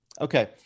Okay